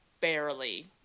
barely